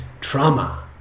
trauma